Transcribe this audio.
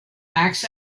acts